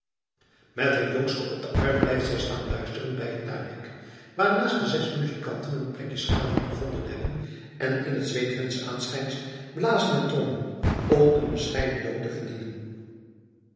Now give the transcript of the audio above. met het jonkske op den arm blijft zij staan luisteren bij het tuinhek waarnaast de zes muzikanten een plekje schaduw gevonden hebben en in het zweet huns aanschijns blazen en trommelen om een bescheiden loon te verdienen